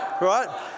right